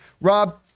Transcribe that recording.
Rob